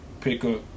pickup